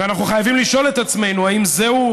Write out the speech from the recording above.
ואנחנו חייבים לשאול את עצמנו: האם זהו